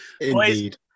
indeed